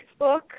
Facebook